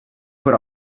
put